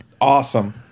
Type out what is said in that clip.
Awesome